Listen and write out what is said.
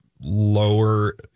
lower